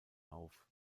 auf